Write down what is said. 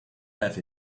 have